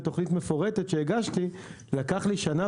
בתוכנית מפורטת שהגשתי לקח לי שנה